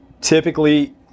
Typically